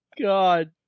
God